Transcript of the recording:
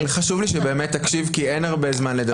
חשוב לי שבאמת תקשיב, כי אין הרבה זמן לדבר.